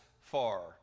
far